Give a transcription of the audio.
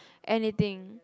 anything